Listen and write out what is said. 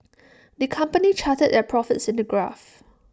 the company charted their profits in A graph